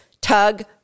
tug